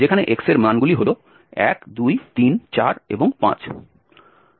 যেখানে x এর মানগুলি হল 1 2 3 4 এবং 5